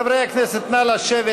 חברי הכנסת, נא לשבת.